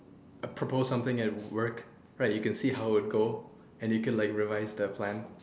uh propose something in work right you can see how it goes then you can revise that plan